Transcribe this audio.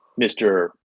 Mr